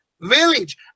village